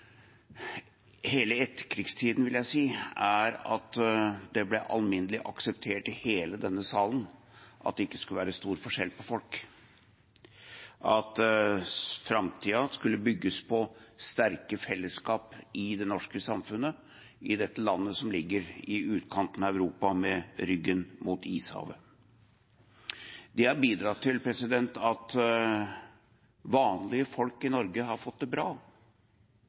vil jeg si, er at det ble alminnelig akseptert i hele denne salen at det ikke skulle være stor forskjell på folk, at framtiden skulle bygges på sterke fellesskap i det norske samfunnet, i dette landet som ligger i utkanten av Europa med ryggen mot ishavet. Det har bidratt til at vanlige folk i Norge har fått det bra.